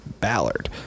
Ballard